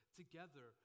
together